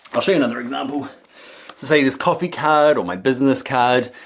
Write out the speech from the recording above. i'll show you another example. so say this coffee card, or my business card.